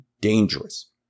dangerous